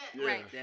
Right